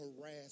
harass